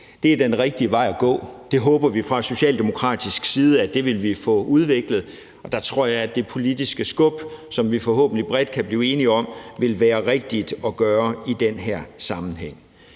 Det er den rigtige vej at gå, og det håber vi fra Socialdemokratiets side at vi vil få udviklet. Der tror jeg, at det politiske skub, som vi forhåbentlig bredt kan blive enige om, ville være rigtigt at give i den her sammenhæng.